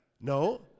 No